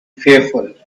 fearful